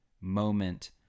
moment